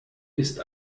ist